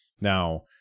Now